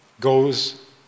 goes